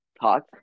talk